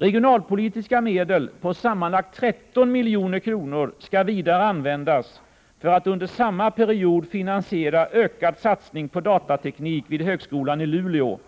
Regionalpolitiska medel på sammanlagt 13 milj.kr. skall vidare användas för att under samma period finansiera ökad satsning på datateknik vid högskolan i Luleå